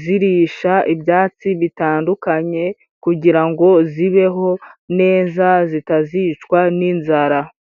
zirisha ibyatsi bitandukanye, kugira ngo zibeho neza, zitazicwa n'inzara.